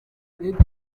leta